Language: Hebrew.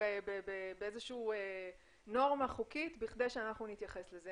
באיזו שהיא נורמה חוקית בכדי שאנחנו נתייחס לזה,